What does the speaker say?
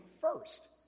first